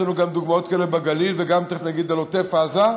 יש לנו גם דוגמאות כאלה בגליל וגם תכף נגיד על עוטף עזה,